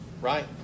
Right